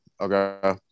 Okay